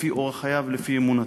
לפי אורח חייו ולפי אמונתו.